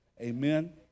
Amen